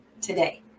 today